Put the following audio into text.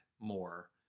more